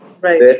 Right